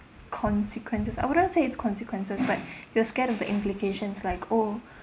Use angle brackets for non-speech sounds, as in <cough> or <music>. consequences I wouldn't say it's consequences but you're scared of the implications like oh <breath>